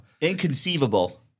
inconceivable